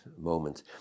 moment